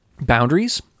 boundaries